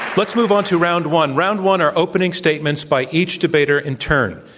let's move on to round one. round one are opening statements by each debater in turn.